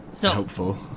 helpful